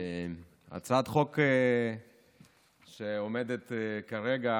הצעת החוק שעומדת כרגע